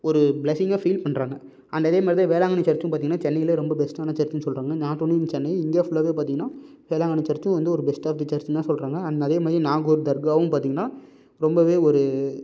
ஒரு பிளெஸ்ஸிங்காக ஃபீல் பண்ணுறாங்க அண்ட் அதே மாதிரிதான் வேளாங்கண்ணி சர்ச்சும் பார்த்தீங்கன்னா சென்னையில் ரொம்ப பெஸ்ட்டான சர்ச்சுன்னு சொல்லுறாங்க not only in Chennai India ஃபுல்லாகவே பார்த்தீங்கன்னா வேளாங்கண்ணி சர்ச்சும் வந்து ஒரு பெஸ்ட் ஆஃப் தி சர்ச்சுன்னுதான் சொல்லுறாங்க அண்ட் அதே மாதிரி நாகூர் தர்காவும் பார்த்தீங்கன்னா ரொம்பவே ஒரு